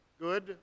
good